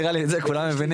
נראה לי את זה כולם מבינים.